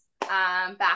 back